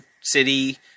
city